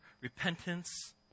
repentance